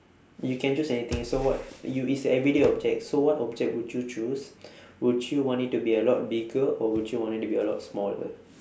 you can choose anything so what you is everyday object so what object would you choose would you want it to be a lot bigger or would you want it to be a lot smaller